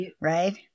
right